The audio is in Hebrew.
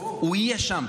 הוא יהיה שם,